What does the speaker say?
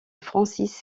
francis